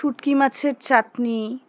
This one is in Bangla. শুঁটকি মাছের চাটনি